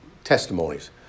testimonies